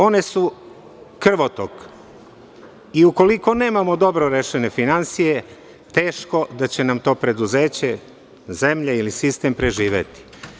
One su krvotok i ukoliko nemamo dobro rešene finansije, teško da će nam to preduzeće, zemlja ili sistem preživeti.